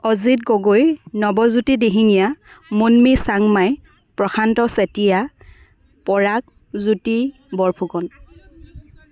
Ajit Gogoi Nabajyoti Dihingia Munmi Changmai Prashanta Chetia Parag Jyoti Borphukan